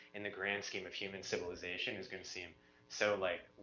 in the grand scheme of human civilization is gonna seem so like,